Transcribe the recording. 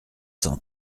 cent